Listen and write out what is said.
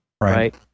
right